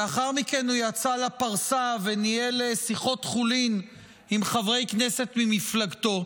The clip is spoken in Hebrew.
לאחר מכן הוא יצא לפרסה וניהל שיחות חולין עם חברי כנסת ממפלגתו.